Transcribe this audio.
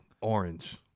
Orange